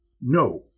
No